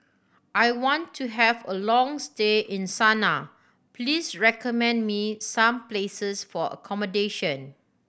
I want to have a long stay in Sanaa please recommend me some places for accommodation